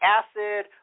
acid